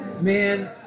Man